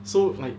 so like